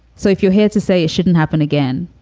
so if you had to say it shouldn't happen again,